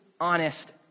honest